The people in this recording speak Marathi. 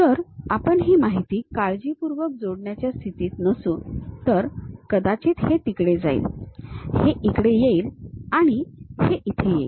जर आपण ही माहिती काळजीपूर्वक जोडण्याच्या स्थितीत नसू तर कदाचित हे तिकडे जाईल हे इकडे येईल आणि हे इथे येईल